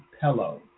pillow